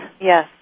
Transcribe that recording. Yes